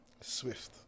Swift